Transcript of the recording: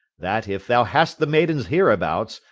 that, if thou hast the maidens hereabouts,